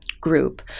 group